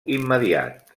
immediat